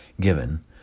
given